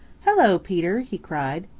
hello, peter! he cried.